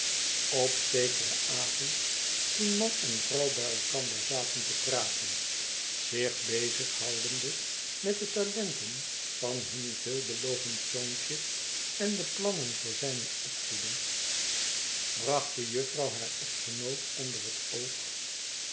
op zekeren avond toen man en vrouw bij elkander zaten te praten zich bezig houdende met de talenten van hun veelbelovend zoontje en de plannen voor zijne opvoeding bracht de juffrouw haar echtgenoot onder het oog